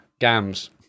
gams